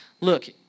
Look